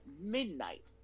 midnight